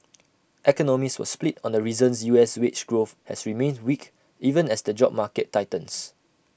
economists were split on the reasons U S wage growth has remained weak even as the job market tightens